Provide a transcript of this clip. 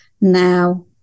now